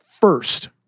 first